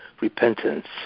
repentance